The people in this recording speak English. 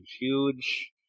huge